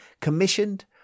commissioned